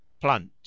Plant